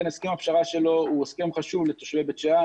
הסכם הפשרה שלו הוא הסכם חשוב לתושבי בית שאן,